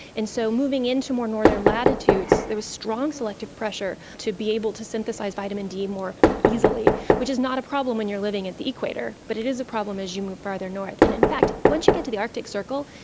and so moving into more northern latitudes there was strong selective pressure to be able to synthesise vitamin d more easily, which is not a problem when you are living at the equator but it is a problem as you move further north. and in fact once you get to the arctic circle,